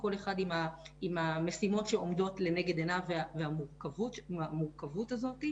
כל אחד עם המשימות שעומדות לנגד עיניו והמורכבות הזאת,